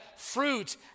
fruit